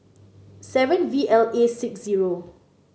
seven V L A six zero